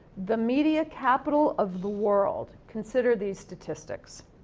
the media capital of the world, consider these statistics,